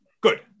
good